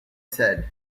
said